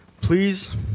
please